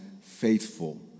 faithful